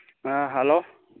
ꯑꯥ hello